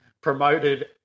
promoted